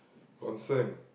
concern